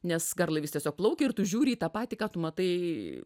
nes garlaivis tiesiog plaukia ir tu žiūri į tą patį ką tu matai